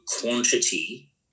quantity